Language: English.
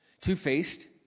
Two-faced